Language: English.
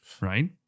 right